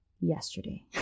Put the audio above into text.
yesterday